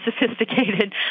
sophisticated